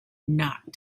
not